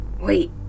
Wait